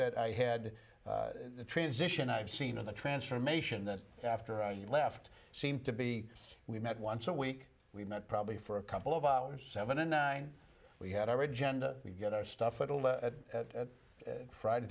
that i had the transition i've seen in the transformation that after i left seemed to be we met once a week we met probably for a couple of hours seven and nine we had our agenda we get our stuff and all that friday